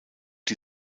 die